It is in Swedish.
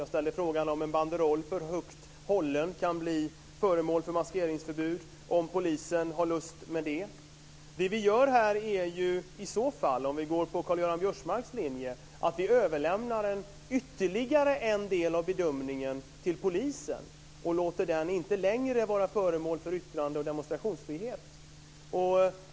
Jag ställde frågan om en banderoll som hålls för högt kan bli föremål för maskeringsförbud om polisen har lust med det. Om vi går på Karl-Göran Biörsmarks linje överlämnar vi ytterligare en del av bedömningen till polisen och inte längre låter den var föremål för yttrandeoch demonstrationsfrihet.